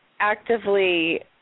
actively